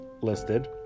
listed